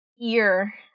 ear